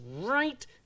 right